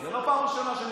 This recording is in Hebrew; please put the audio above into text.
זה לא פעם ראשונה.